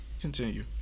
Continue